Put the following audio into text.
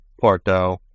Porto